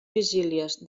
vigílies